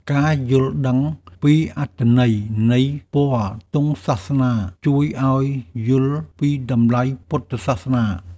ការយល់ដឹងពីអត្ថន័យនៃពណ៌ទង់សាសនា ជួយឱ្យយល់ពីតម្លៃពុទ្ធសាសនា។